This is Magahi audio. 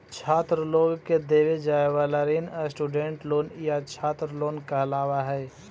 छात्र लोग के देवे जाए वाला ऋण स्टूडेंट लोन या छात्र लोन कहलावऽ हई